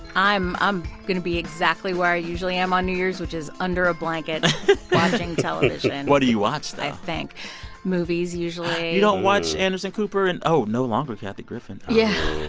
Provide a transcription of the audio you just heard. i'm i'm going to be exactly where i usually am on new year's which is under a blanket watching television and what do you watch, though? movies usually you don't watch anderson cooper and oh, no longer kathy griffin yeah